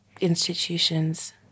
institutions